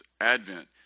Advent